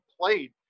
played